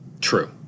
True